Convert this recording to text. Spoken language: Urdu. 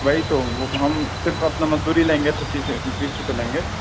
وہی تو وہ ہم صرف اپنا مزدوری لیں گے تو تیس تیس روپیہ لیں گے